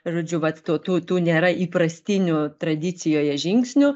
žodžiu vat tų tų tų nėra įprastinių tradicijoje žingsnių